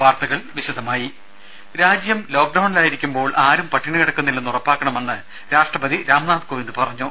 വാർത്തകൾ വിശദമായി രാജ്യം ലോക്ഡൌണിലായിരിക്കുമ്പോൾ ആരും പട്ടിണി കിടക്കുന്നില്ലെന്ന് ഉറപ്പാക്കണമെന്ന് രാഷ്ട്രപതി രാംനാഥ് കോവിന്ദ് പറഞ്ഞു